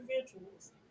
individuals